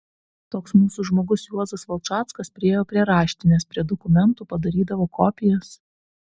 toks mūsų žmogus juozas valčackas priėjo prie raštinės prie dokumentų padarydavo kopijas